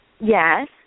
Yes